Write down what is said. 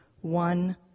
One